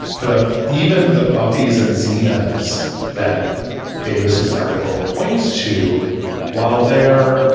the even the buffy's and zenas that davis's article points to while they're.